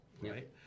right